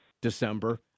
December